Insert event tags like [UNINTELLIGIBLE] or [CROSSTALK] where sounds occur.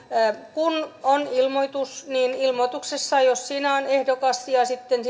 kun on ilmoitus niin jos ilmoituksessa on ehdokas ja sitten [UNINTELLIGIBLE]